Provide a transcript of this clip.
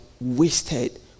wasted